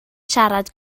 siarad